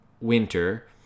winter